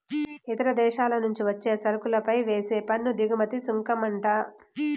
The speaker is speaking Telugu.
ఇతర దేశాల నుంచి వచ్చే సరుకులపై వేసే పన్ను దిగుమతి సుంకమంట